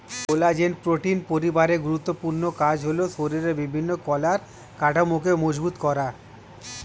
collagen protein পরিবারের গুরুত্বপূর্ণ কাজ হলো শরীরের বিভিন্ন কলার কাঠামোকে মজবুত করা